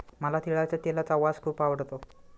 मला तिळाच्या तेलाचा वास खूप आवडतो